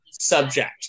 subject